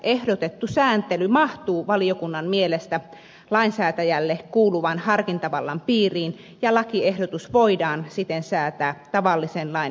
ehdotettu sääntely mahtuu valiokunnan mielestä lainsäätäjälle kuuluvan harkintavallan piiriin ja lakiehdotus voidaan siten säätää tavallisen lain säätämisjärjestyksessä